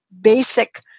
basic